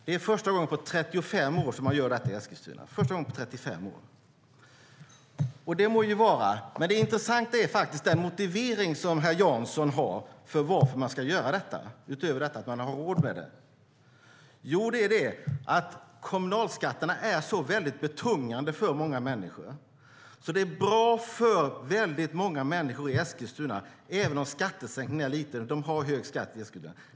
Det är första gången på 35 år som man gör detta i Eskilstuna. Det må ju vara. Men det intressanta är den motivering som herr Jansson har för varför man ska göra det, utöver det att man har råd med det. Det är att kommunalskatterna är så väldigt betungande för många människor att det är bra för många människor i Eskilstuna även om skattesänkningen är liten. De har hög skatt i Eskilstuna.